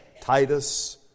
Titus